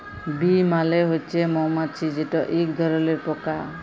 bee মালে হছে মমাছি যেট ইক ধরলের পকা